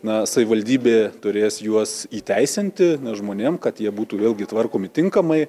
na savivaldybė turės juos įteisinti ne žmonėm kad jie būtų vėlgi tvarkomi tinkamai